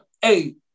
Hey